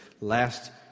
last